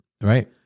Right